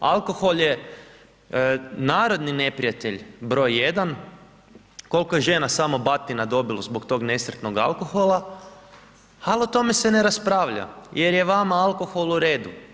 Alkohol je narodni neprijatelj br. 1. Koliko je žena samo batina dobilo zbog tog nesretnog alkohola, ali o tome se ne raspravlja jer je vama alkohol u redu.